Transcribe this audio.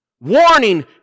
warning